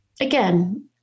again